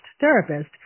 therapist